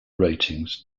ratings